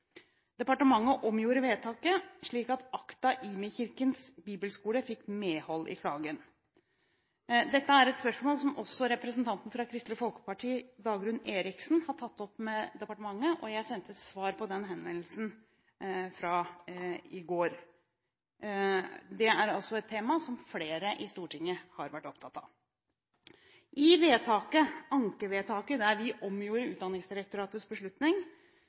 Departementet omgjorde vedtaket, slik at ACTA – IMI Kirkens Bibelskole fikk medhold i klagen. Dette er et spørsmål som også representanten Dagrun Eriksen fra Kristelig Folkeparti har tatt opp med departementet, og jeg sendte et svar på den henvendelsen i går. Dette er altså et tema som flere i Stortinget har vært opptatt av. I ankevedtaket der vi omgjorde Utdanningsdirektoratets beslutning,